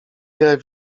grę